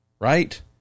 right